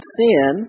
sin